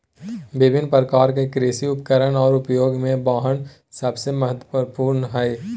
विभिन्न प्रकार के कृषि उपकरण और उपयोग में वाहन सबसे महत्वपूर्ण हइ